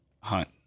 hunt